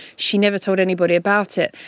she never told anybody about it.